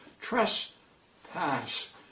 trespass